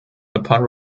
upon